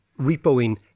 repoing